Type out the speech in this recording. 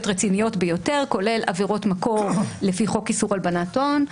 רציניות ביותר כולל עבירות מקור לפי חוק איסור הלבנת הון.